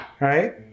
Right